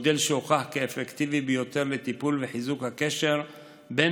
מודל שהוכח כאפקטיבי ביותר לטיפול וחיזוק הקשר בין